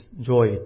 joy